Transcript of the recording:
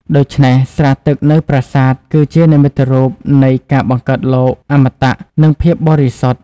ដូច្នេះ ស្រះទឹកនៅប្រាសាទ គឺជានិមិត្តរូបនៃ ការបង្កើតលោក អមតៈ និងភាពបរិសុទ្ធ។